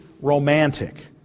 Romantic